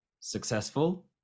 successful